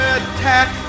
attack